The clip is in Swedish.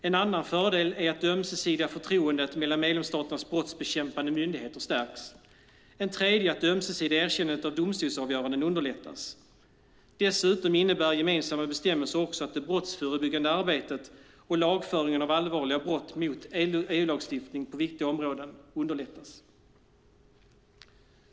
En andra fördel är att det ömsesidiga förtroendet mellan medlemsstaternas brottsbekämpande myndigheter stärks. En tredje är att det ömsesidiga erkännandet av domstolsavgöranden underlättas. Dessutom innebär gemensamma bestämmelser också att det brottsförebyggande arbetet och lagföringen av allvarliga brott mot EU-lagstiftning på viktiga områden underlättas.